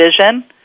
vision